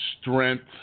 Strength